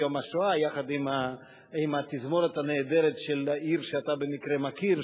יום השואה יחד עם התזמורת הנהדרת של עיר שאתה במקרה מכיר,